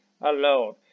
alone